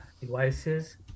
devices